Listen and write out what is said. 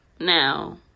Now